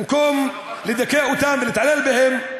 במקום לדכא אותם ולהתעלל בהם.